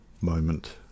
moment